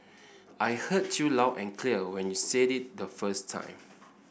I heard you loud and clear when you said it the first time